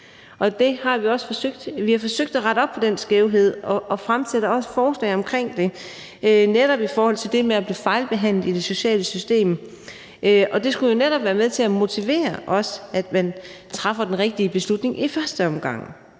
Vi har forsøgt at rette op på den skævhed og også fremsætte forslag om det – netop i forhold til det med at blive fejlbehandlet i det sociale system. Og det skulle jo netop også være med til at motivere til, at man træffer den rigtige beslutning i første omgang,